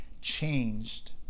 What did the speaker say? changed